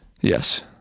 Yes